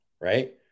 Right